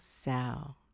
cell